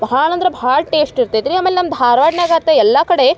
ಭಾಳ ಅಂದ್ರೆ ಭಾಳ ಟೇಸ್ಟ್ ಇರ್ತೈತೆ ರೀ ಆಮೇಲೆ ನಮ್ಮ ಧಾರ್ವಾಡನಾಗೆ ಅತ್ತ ಎಲ್ಲ ಕಡೆ